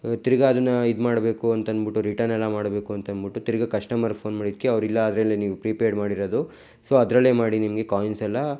ತಿರುಗ ಅದನ್ನು ಇದು ಮಾಡಬೇಕು ಅಂತ ಅನ್ಬಿಟ್ಟು ರಿಟರ್ನ್ ಎಲ್ಲ ಮಾಡಬೇಕು ಅಂತ ಅನ್ಬಿಟ್ಟು ತಿರುಗ ಕಸ್ಟಮರ್ ಫೋನ್ ಮಾಡಿದ್ದಕ್ಕೆ ಅವರಿಲ್ಲ ಅದ್ರಲ್ಲೆ ಪ್ರಿಪೇಯ್ಡ್ ಮಾಡಿರೋದು ಸೊ ಅದರಲ್ಲೇ ಮಾಡಿ ನಿಮಗೆ ಕಾಯಿನ್ಸ್ ಎಲ್ಲ